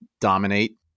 dominate